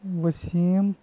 Waseem